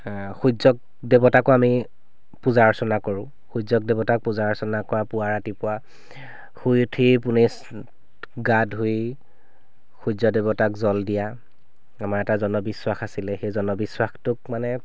সূৰ্যক দেৱতাকো আমি পূজা অৰ্চনা কৰোঁ সূৰ্যক দেৱতাক পূজা অৰ্চনা কৰা পুৱা ৰাতিপুৱা শুই উঠি পোনেই গা ধুই সূৰ্য দেৱতাক জল দিয়া আমাৰ এটা জনবিশ্বাস আছিলে সেই জনবিশ্বাসটোক মানে